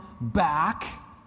back